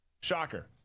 Shocker